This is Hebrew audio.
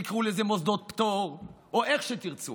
תקראו לזה מוסדות פטור או איך שתרצו,